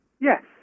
Yes